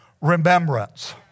remembrance